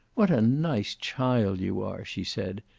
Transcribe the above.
what a nice child you are! she said,